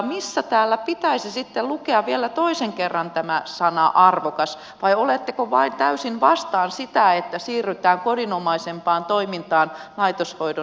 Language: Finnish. missä täällä pitäisi sitten lukea vielä toisen kerran tämä sana arvokas vai oletteko vain täysin vastaan sitä että siirrytään kodinomaisempaan toimintaan laitoshoidon sijasta